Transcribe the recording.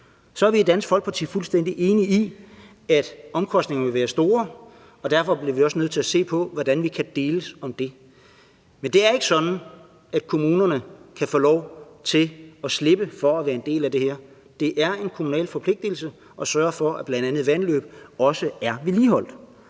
Så er vi i Dansk Folkeparti fuldstændig enige i, at omkostningerne vil være store, og derfor bliver vi også nødt til at se på, hvordan vi kan deles om det. Men det er ikke sådan, at kommunerne kan få lov til at slippe for at være en del af det her. Det er en kommunal forpligtelse at sørge for, at bl.a. vandløb også er vedligeholdt.